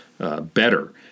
Better